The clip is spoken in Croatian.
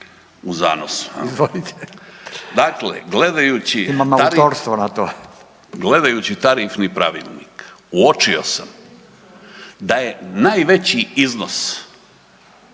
Ante (DP)** …gledajući tarifni pravilnik uočio sam da je najveći iznos